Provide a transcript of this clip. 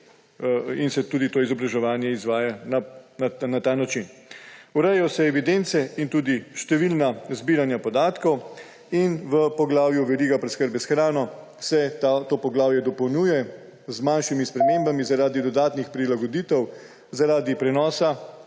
in se tudi to izobraževanje izvaja na ta način. Urejajo se evidence in tudi številna zbiranja podatkov. V poglavju Veriga preskrbe s hrano se to poglavje dopolnjuje z manjšimi spremembami zaradi dodatnih prilagoditev zaradi prenosa